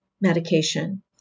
medication